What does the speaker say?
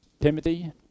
Timothy